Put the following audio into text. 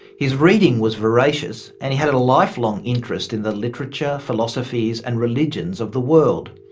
his reading was voracious and he had ah life-long interest in the literature, philosophies and religions of the world.